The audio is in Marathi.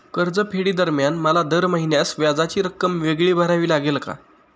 कर्जफेडीदरम्यान मला दर महिन्यास व्याजाची रक्कम वेगळी भरावी लागेल का?